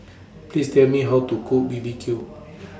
Please Tell Me How to Cook B B Q